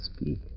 speak